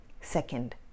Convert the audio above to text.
second